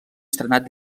estrenat